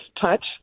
touch